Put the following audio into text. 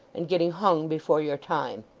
and getting hung before your time.